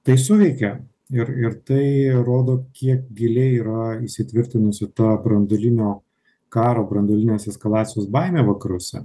tai suveikia ir ir tai rodo kiek giliai yra įsitvirtinusi ta branduolinio karo branduolinės eskalacijos baimė vakaruose